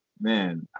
man